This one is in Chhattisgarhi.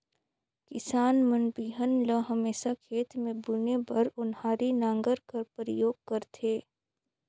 किसान मन बीहन ल हमेसा खेत मे बुने बर ओन्हारी नांगर कर परियोग करथे